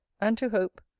and to hope,